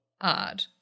odd